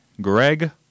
Greg